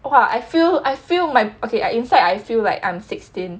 !wah! I feel I feel my okay I inside I feel like I'm sixteen